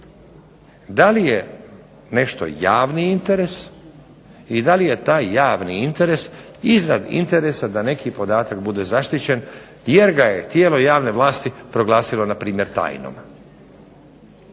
da li je nešto javni interes i da li je taj javni interes iznad interesa da neki podatak bude zaštićen jer ga je tijelo javne vlasti proglasilo npr. tajnom.